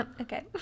okay